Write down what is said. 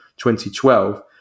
2012